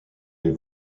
les